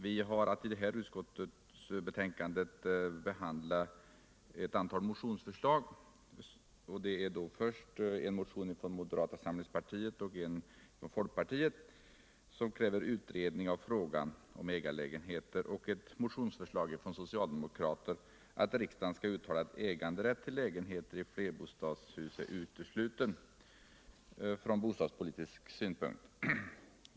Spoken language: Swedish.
Vi har i utskottet haft att behandla två motionsförslag från moderaterna och folkpartiet om utredning av frågan och ett motionsförslag från socialdemokraterna att riksdagen skall uttala att äganderätt till bostäder i flerbostadshus är utesluten från bostadspolitisk synpunkt.